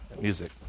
music